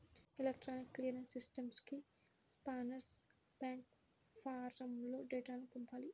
electronic clearing సిస్టమ్కి sponsor bank ఫారమ్లో డేటాను పంపాలి